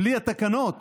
בלי התקנות